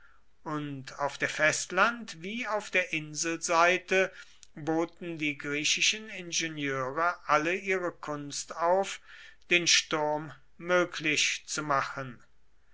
und auf der festland wie auf der inselseite boten die griechischen ingenieure alle ihre kunst auf den sturm möglich zu machen